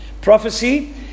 Prophecy